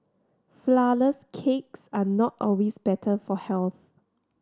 flourless cakes are not always better for health